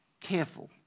careful